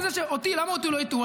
חברת הכנסת כהן.